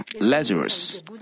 Lazarus